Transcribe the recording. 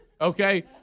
Okay